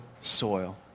soil